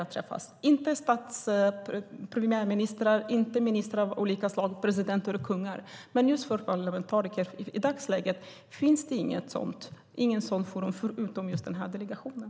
Det handlar inte om premiärministrar, andra ministrar av olika slag, presidenter eller kungar, utan just parlamentariker. I dagsläget finns det inget sådant förutom just den här delegationen.